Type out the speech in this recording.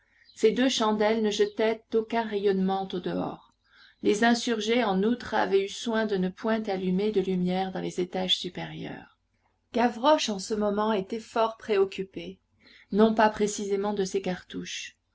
ces deux chandelles ne jetaient aucun rayonnement au dehors les insurgés en outre avaient eu soin de ne point allumer de lumière dans les étages supérieurs gavroche en ce moment était fort préoccupé non pas précisément de ses cartouches